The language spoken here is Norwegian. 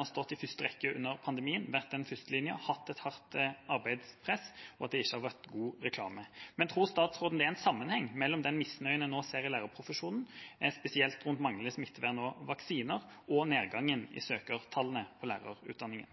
har stått i første rekke under pandemien, vært den førstelinjen, hatt et hardt arbeidspress, og at det ikke har vært god reklame. Men tror statsråden det er en sammenheng mellom den misnøyen en nå ser i lærerprofesjonen, spesielt rundt manglende smittevern og vaksiner, og nedgangen i søkertallene til lærerutdanningen?